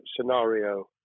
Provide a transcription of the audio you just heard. scenario